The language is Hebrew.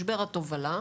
משבר התובלה,